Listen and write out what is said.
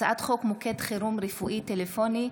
מטעם הכנסת: הצעת חוק מוקד חירום רפואי טלפוני,